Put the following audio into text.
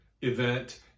event